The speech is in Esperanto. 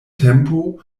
tempo